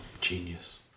genius